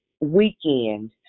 weekend